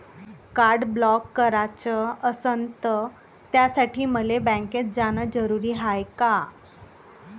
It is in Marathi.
कार्ड ब्लॉक कराच असनं त त्यासाठी मले बँकेत जानं जरुरी हाय का?